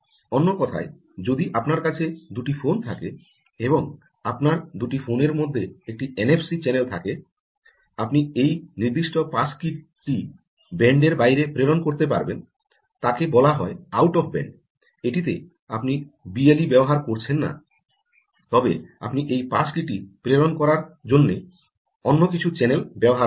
অন্য কথায় যদি আপনার কাছে দুটি ফোন থাকে এবং আপনার দুটি ফোনের মধ্যে একটি এনএফসি চ্যানেল থাকে আপনি এই নির্দিষ্ট পাস কী টি ব্যান্ডের বাইরে প্রেরণ করতে পারবেন তাকে বলা হয় আউট অফ ব্যান্ড এটিতে আপনি বিএলই ব্যবহার করছেন না তবে আপনি এই পাস কী টি প্রেরণ করার জন্য অন্য কিছু চ্যানেল ব্যবহার করছেন